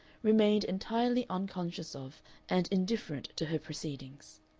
remained entirely unconscious of and indifferent to her proceedings.